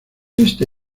este